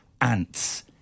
ants